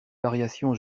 variations